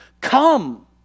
come